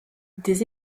des